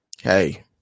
hey